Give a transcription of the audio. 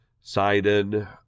Sidon